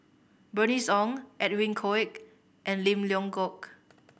Bernice Ong Edwin Koek and Lim Leong Geok